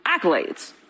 accolades